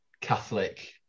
catholic